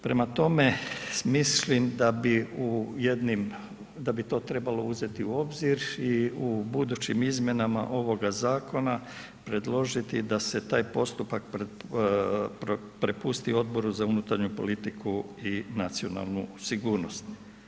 Prema tome, mislim da bi to trebalo uzeti u obzir i u budućim izmjenama ovoga zakona, predložiti da se taj postupak prepusti Odbor za unutarnju politiku i nacionalnu sigurnost.